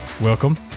Welcome